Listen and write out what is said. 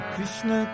Krishna